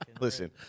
Listen